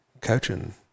coaching